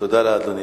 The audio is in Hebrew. תודה לאדוני.